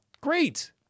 Great